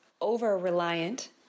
over-reliant